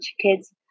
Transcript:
kids